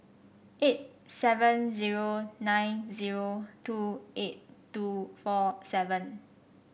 eight seven zero nine zero two eight two four seven